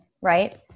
right